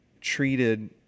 treated